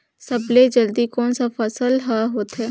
सबले जल्दी कोन सा फसल ह होथे?